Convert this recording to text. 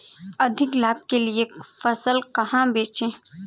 अधिक लाभ के लिए फसल कहाँ बेचें?